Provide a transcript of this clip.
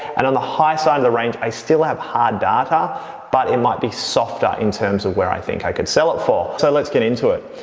and on the high side of the range, i still have hard data but it might be softer in terms of where i think i could sell it for. so, let's get into it.